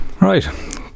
Right